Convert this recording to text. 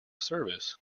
service